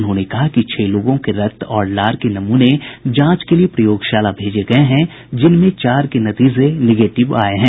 उन्होंने कहा कि छह लोगों के रक्त और लार के नमूने जांच के लिए प्रयोगशाला भेजे गये हैं जिनमें चार के नतीजे निगेटिव आये हैं